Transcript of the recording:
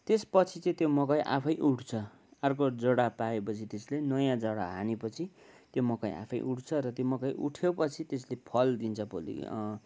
त्यसपछि त्यो मकै आफै उठ्छ अर्को जरा पाएपछि त्यसले नयाँ जरा हानेपछि त्यो मकै आफै उठ्छ र त्यो मकै उठ्योपछि त्यसले फल दिन्छ भोलि